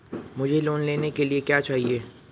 मुझे लोन लेने के लिए क्या चाहिए?